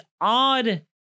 odd